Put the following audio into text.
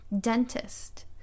Dentist